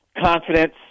confidence